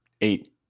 Eight